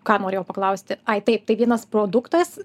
ką norėjau paklausti ai taip tai vienas produktas